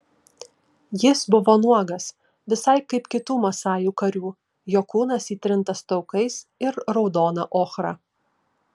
jis buvo nuogas visai kaip kitų masajų karių jo kūnas įtrintas taukais ir raudona ochra